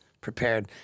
prepared